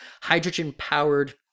hydrogen-powered